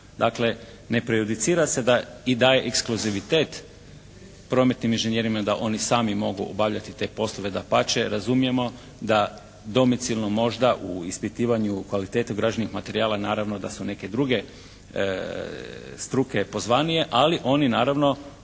Dakle ne prejudicira se i da je ekskluzivitet prometnim inženjerima da oni sami mogu obavljati te poslove. Dapače razumijemo da domicilno možda u ispitivanju kvalitete građevnog materijala naravno da su neke druge struke pozvanije, ali oni naravno